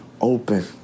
open